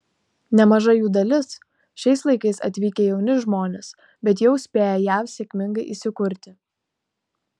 nemaža jų dalis šiais laikais atvykę jauni žmonės bet jau spėję jav sėkmingai įsikurti